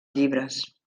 llibres